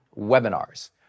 webinars